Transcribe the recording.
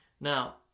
Now